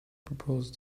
proposed